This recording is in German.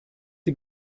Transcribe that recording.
sie